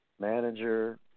manager